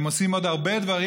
הם עושים עוד הרבה דברים,